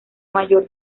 mayor